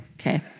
Okay